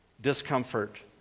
Discomfort